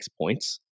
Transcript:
points